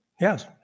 Yes